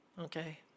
Okay